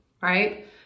right